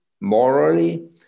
morally